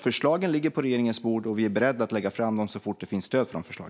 Förslagen ligger på regeringens bord, och vi är beredda att lägga fram dem så fort det finns stöd för dessa förslag.